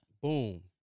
Boom